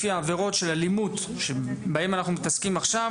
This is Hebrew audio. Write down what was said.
לפי העבירות של אלימות שבהן אנחנו מתעסקים עכשיו,